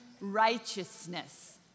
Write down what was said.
righteousness